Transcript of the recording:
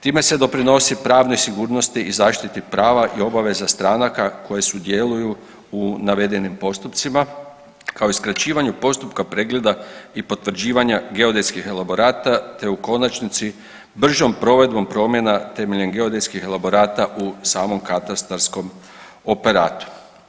Time se doprinosi pravnoj sigurnosti i zaštiti prava i obaveza stranaka koje sudjeluju u navedenim postupcima kao i skraćivanju postupa pregleda i potvrđivanja geodetskih elaborata te u konačnici bržom provedbom promjena temeljem geodetskih elaborata u samom katastarskom operatu.